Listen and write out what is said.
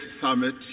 Summit